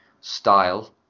style